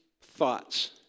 thoughts